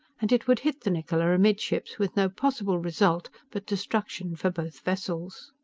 and it would hit the niccola amidships with no possible result but destruction for both vessels.